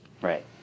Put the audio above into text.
Right